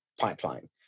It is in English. pipeline